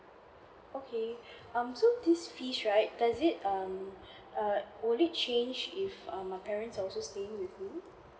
okay um so this fees right does it um err would it change if err my parents are also saying with who